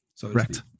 Correct